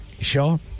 sure